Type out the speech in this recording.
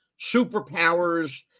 superpowers